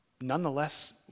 nonetheless